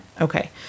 Okay